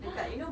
ah ha